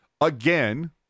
again